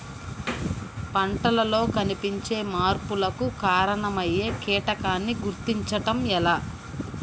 పంటలలో కనిపించే మార్పులకు కారణమయ్యే కీటకాన్ని గుర్తుంచటం ఎలా?